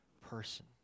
person